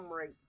right